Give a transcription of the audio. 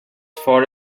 for